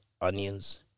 onions